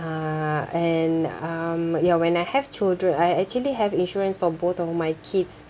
and um ya when I have children I actually have insurance for both of my kids